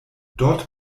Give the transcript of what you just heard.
dort